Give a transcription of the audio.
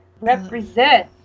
Represent